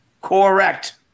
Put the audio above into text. correct